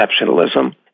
exceptionalism